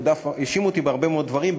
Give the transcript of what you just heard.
והאשימו אותי בהרבה מאוד דברים,